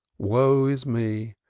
woe is me!